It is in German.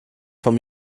vom